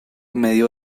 medio